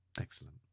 Excellent